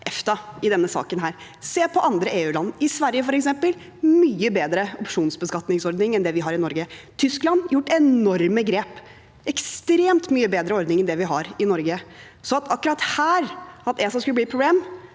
se på andre EU-land. I Sverige f.eks. har de mye bedre opsjonsbeskatningsordninger enn det vi har i Norge. Tyskland har tatt enorme grep og har ekstremt mye bedre ordninger enn det vi har i Norge. Så at ESA akkurat her skulle bli et problem,